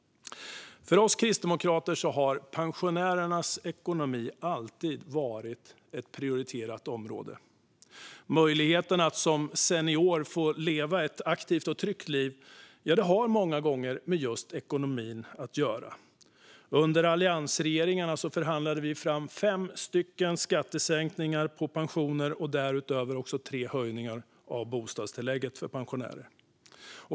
För oss kristdemokrater har pensionärernas ekonomi alltid varit ett prioriterat område. Möjligheten att som senior få leva ett aktivt och tryggt liv har många gånger med just ekonomin att göra. Under alliansregeringarna förhandlade vi fram fem sänkningar av skatten på pensioner och därutöver tre höjningar av bostadstillägget för pensionärer.